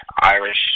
Irish